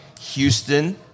Houston